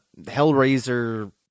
Hellraiser